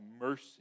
mercy